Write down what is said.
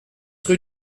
rue